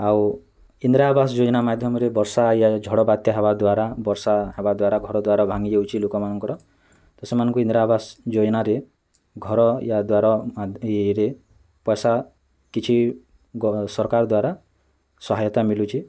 ଆଉ ଇନ୍ଦିରା ଆବାସ ଯୋଜନା ମାଧ୍ୟମରେ ବର୍ଷା ୟା ଝଡ଼ ବାତ୍ୟା ହେବା ଦ୍ୱାରା ବର୍ଷା ହେବା ଦ୍ୱାରା ଘର ଦ୍ୱାର ଭାଙ୍ଗି ଯାଉଛି ଲୋକମାନଙ୍କର ତ ସେମାନଙ୍କୁ ଇନ୍ଦିରା ଆବାସ ଯୋଜନାରେ ଘର ୟା ଦ୍ୱାର ଇଏ ରେ ପଇସା କିଛି ଗ ସରକାର ଦ୍ୱାରା ସହାୟତା ମିଲୁଛି